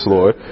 Lord